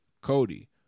Cody